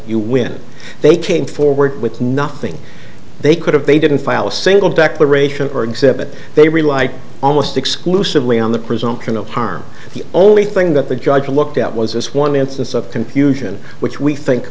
you when they came forward with a nothing they could have they didn't file a single declaration or exhibit they relied almost exclusively on the presumption of harm the only thing that the judge looked at was this one instance of confusion which we think